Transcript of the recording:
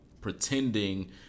pretending